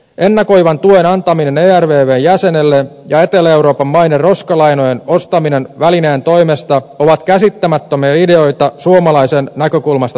ennakoivan tuen antaminen ervvn jäsenelle ja etelä euroopan maiden roskalainojen ostaminen välineen toimesta ovat käsittämättömiä ideoita suomalaisen näkökulmasta tarkasteltuna